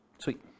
Sweet